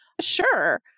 Sure